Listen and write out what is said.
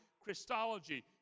Christology